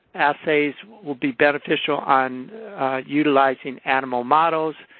assays will be beneficial on utilizing animal models,